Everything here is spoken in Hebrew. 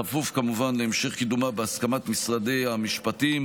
בכפוף כמובן להמשך קידומה בהסכמת משרד המשפטים,